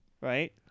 right